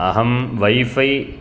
अहं वैफै